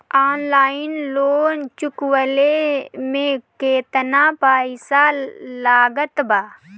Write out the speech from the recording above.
Online loan चुकवले मे केतना पईसा लागत बा?